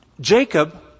Jacob